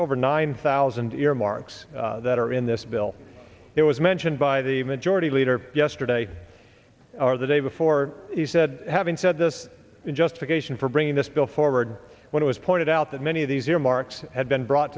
over nine thousand earmarks that are in this bill it was mentioned by the majority leader yesterday or the day before he said having said this in justification for bringing this bill forward when it was pointed out that many of these earmarks had been brought